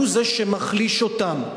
הוא זה שמחליש אותם,